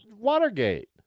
Watergate